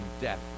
death